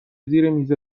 زیرمیز